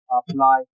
apply